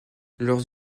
leurs